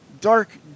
Dark